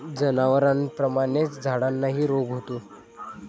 जनावरांप्रमाणेच झाडांनाही रोग होतो